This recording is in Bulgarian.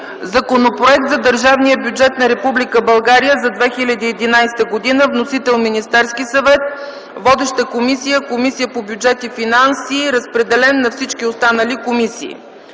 Законопроект за държавния бюджет на Република България за 2011 г. Вносител е Министерският съвет. Водеща е Комисията по бюджет и финанси. Разпределен е на всички останали комисии.